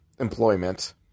employment